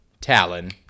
Talon